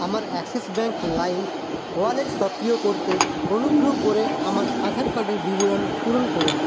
আমার Axis Bank Lime wallet সক্রিয় করতে অনুগ্রহ করে আমার আধার কার্ডের বিবরণ পূরণ করুন